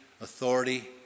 authority